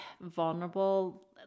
vulnerable